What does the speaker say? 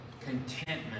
contentment